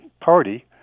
party